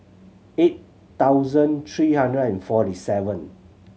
eight thousand three hundred and forty seven